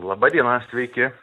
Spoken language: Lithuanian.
laba diena sveiki